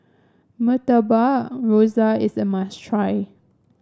Murtabak Rusa is a must try